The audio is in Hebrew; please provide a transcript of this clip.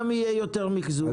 גם יהיה יותר מחזור.